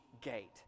gate